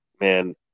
Man –